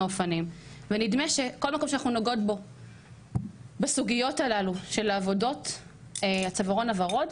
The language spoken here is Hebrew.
אופנים ונדמה שכל מקום שאנחנו נוגעות בו בסוגיות של הצווארון הוורוד,